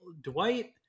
dwight